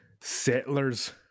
Settlers